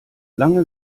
lange